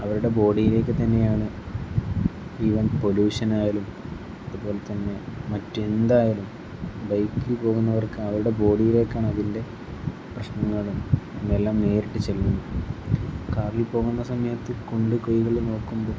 അവരുടെ ബോഡിയിലേക്ക് തന്നെയാണ് ഈവൻ പൊല്യൂഷനായാലും അതുപോലെത്തന്നെ മറ്റ് എന്തായാലും ബൈക്കിൽ പോകുന്നവർക്ക് അവരുടെ ബോഡിയിലേക്കാണ് അതിൻ്റെ പ്രശ്നങ്ങളും അങ്ങനെയെല്ലാം നേരിട്ട് ചെല്ലുന്നു കാറിൽ പോകുന്ന സമയത്ത് കുണ്ട് കുഴികളിൽ നോക്കുമ്പോൾ